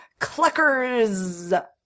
cluckers